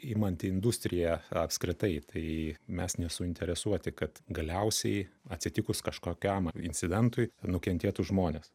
imant industriją apskritai tai mes nesuinteresuoti kad galiausiai atsitikus kažkokiam incidentui nukentėtų žmonės